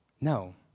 No